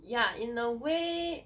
ya in a way